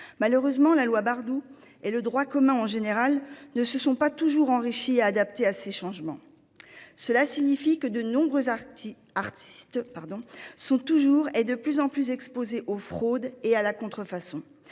Malheureusement, la loi Bardoux et le droit commun en général ne se sont pas toujours enrichis ni adaptés à ces changements. De fait, les artistes sont de plus en plus exposés aux fraudes et à la contrefaçon.